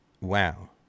Wow